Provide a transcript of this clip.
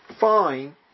fine